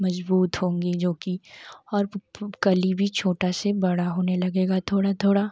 मज़बूत होंगी जो की और कलि भी छोटा से बड़ा होने लगेगा थोड़ा थोड़ा